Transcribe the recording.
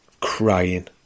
crying